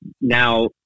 Now